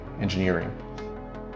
engineering